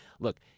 Look